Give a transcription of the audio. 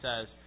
says